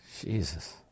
Jesus